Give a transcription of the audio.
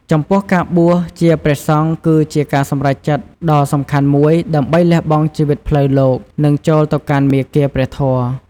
ចំពោះការបួសជាព្រះសង្ឃ គឺជាការសម្រេចចិត្តដ៏សំខាន់មួយ ដើម្បីលះបង់ជីវិតផ្លូវលោក និងចូលទៅកាន់មាគ៌ាព្រះធម៌។